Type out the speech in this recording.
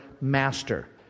master